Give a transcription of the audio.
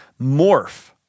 morph